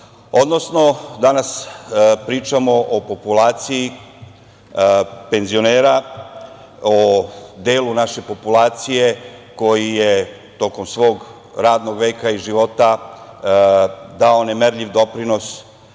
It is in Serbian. Odnosno, danas pričamo o populaciji penzionera, o delu naše populacije koji je tokom svog radnog veka i života dao nemerljiv doprinos